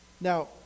Now